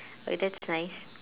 oh that's nice